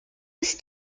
ist